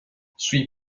sui